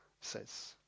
says